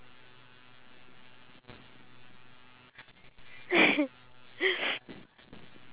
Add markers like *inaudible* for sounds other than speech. oh you know what you know the um the group the one that you left *laughs*